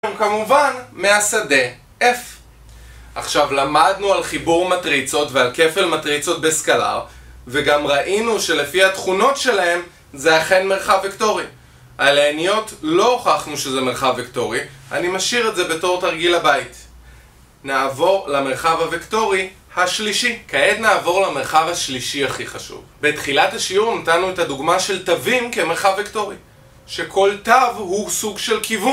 הם כמובן מהשדה F. עכשיו למדנו על חיבור מטריצות ועל כפל מטריצות בסקלר וגם ראינו שלפי התכונות שלהם זה אכן מרחב וקטורי על העיניות לא הוכחנו שזה מרחב וקטורי אני משאיר את זה בתור תרגיל לבית. נעבור למרחב הוקטורי השלישי כעת נעבור למרחב השלישי הכי חשוב בתחילת השיעור נתנו את הדוגמה של תווים כמרחב וקטורי שכל תו הוא סוג של כיוון